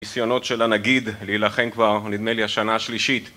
ניסיונות של הנגיד להילחם כבר, נדמה לי, השנה השלישית